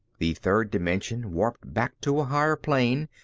the third dimension, warped back to a higher plane,